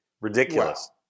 ridiculous